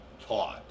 taught